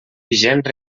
vigents